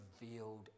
revealed